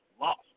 lost